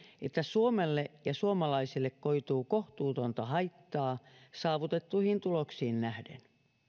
että suomelle ja suomalaisille koituu kohtuutonta haittaa saavutettuihin tuloksiin nähden